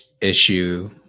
issue